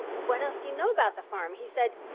what else do you know about the farm? he said,